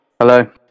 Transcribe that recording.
Hello